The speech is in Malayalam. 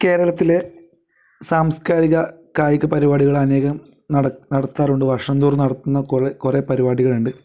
കേരളത്തിലെ സാംസ്കാരിക കായിക പരിപാടികൾ അനേകം നട നടത്താറുണ്ട് വർഷംതോറും നട നടത്തുന്ന കുറേ പരിപാടികളുണ്ട്